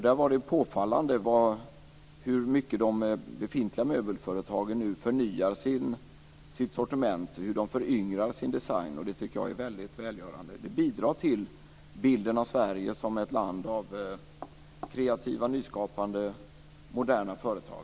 Där var det påfallande hur mycket de befintliga möbelföretagen förnyar sitt sortiment och föryngrar designen. Det är välgörande, och det bidrar till bilden av Sverige som ett land av kreativa nyskapande moderna företag.